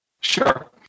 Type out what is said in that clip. Sure